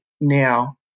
now